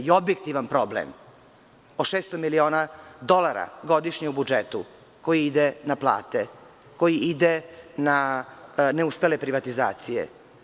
To je objektivan problem o 600 miliona dolara u budžetu, koji ide na plate, koji ide na neuspele privatizacije.